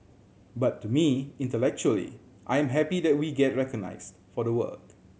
but to me intellectually I am happy that we get recognised for the work